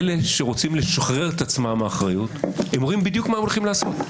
אלה שרוצים לשחרר את עצמם מאחריות אומרים בדיוק מה הם הולכים לעשות.